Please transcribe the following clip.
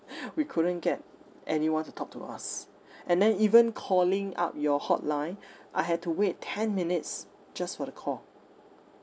we couldn't get anyone to talk to us and then even calling up your hotline I had to wait ten minutes just for the call